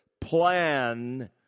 plan